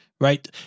right